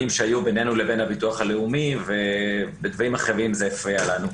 שהיו בינינו לבין הביטוח הלאומי וזה הפריע לנו.